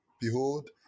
Behold